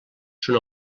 són